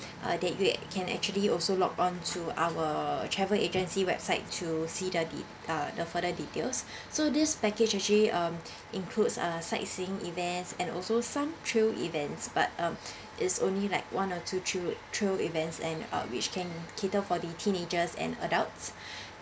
uh that you act~ can actually also log on to our travel agency website to see the the uh the further details so this package actually um includes uh sightseeing events and also some thrill events but um is only like one or two thrill thrill events and uh which can cater for the teenagers and adults